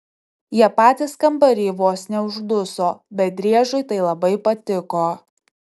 jie patys kambary vos neužduso bet driežui tai labai patiko